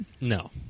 No